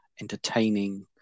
entertaining